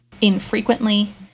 infrequently